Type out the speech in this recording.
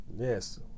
Yes